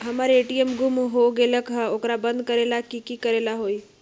हमर ए.टी.एम गुम हो गेलक ह ओकरा बंद करेला कि कि करेला होई है?